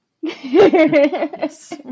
Yes